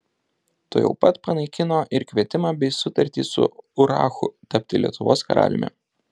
tuojau pat panaikino ir kvietimą bei sutartį su urachu tapti lietuvos karaliumi